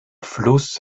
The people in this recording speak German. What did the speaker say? fluss